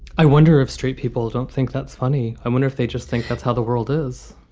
i wonder if straight people don't think that's funny. i wonder if they just think that's how the world is.